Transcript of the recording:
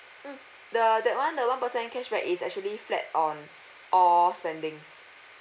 mm the that one the one percent cashback is actually flat on all spendings